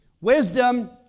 Wisdom